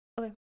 Okay